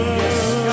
Yes